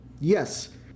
yes